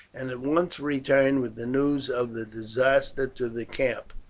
and at once returned with the news of the disaster to the camp.